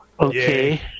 Okay